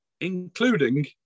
including